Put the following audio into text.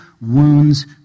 wounds